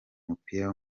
mupira